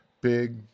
Big